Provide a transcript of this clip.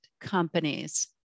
companies